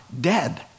dead